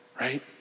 Right